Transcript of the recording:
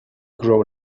grow